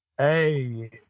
Hey